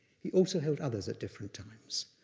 he also held others at different times.